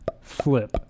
flip